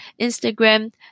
Instagram